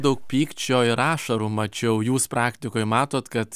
daug pykčio ir ašarų mačiau jūs praktikoj matot kad